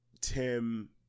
Tim